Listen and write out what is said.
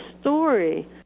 story